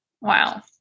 wow